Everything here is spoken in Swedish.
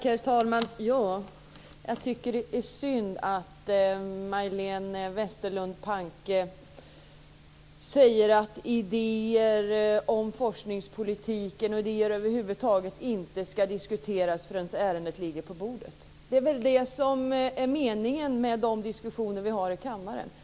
Herr talman! Jag tycker att det är synd att Majléne Westerlund Panke säger att idéer om forskningspolitiken och idéer över huvud taget inte ska diskuteras förrän ärendet ligger på bordet. Det är väl det som är meningen med de diskussioner vi har i kammaren.